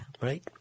right